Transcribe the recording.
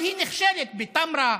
אבל היא נכשלת בטמרה,